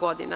godina.